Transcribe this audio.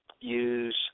use